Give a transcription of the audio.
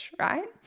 right